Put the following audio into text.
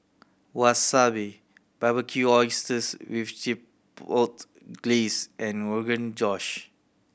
Wasabi Barbecued Oysters with Chipotle Glaze and Rogan Josh